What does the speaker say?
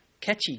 catchy